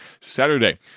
Saturday